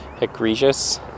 Egregious